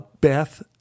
Beth